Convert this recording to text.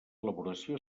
elaboració